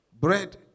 Bread